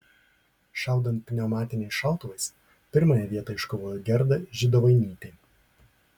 šaudant pneumatiniais šautuvais pirmąją vietą iškovojo gerda židovainytė